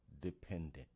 dependent